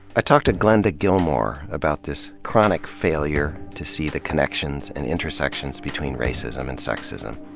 i talked to glenda gilmore about this chronic failure to see the connections and intersections between racism and sexism.